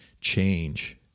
change